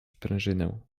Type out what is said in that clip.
sprężynę